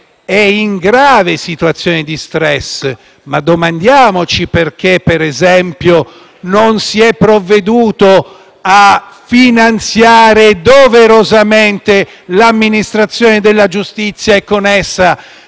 è in grave situazione di *stress*, ma domandiamoci perché, per esempio, non si è provveduto a finanziare doverosamente l'amministrazione della giustizia e con essa